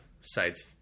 sites